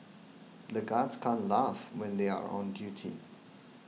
the guards can't laugh when they are on duty